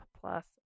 Plus